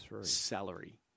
salary